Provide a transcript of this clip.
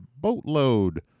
boatload